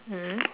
mm